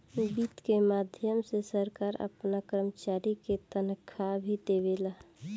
वित्त के माध्यम से सरकार आपना कर्मचारी के तनखाह भी देवेला